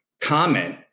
comment